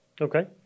Okay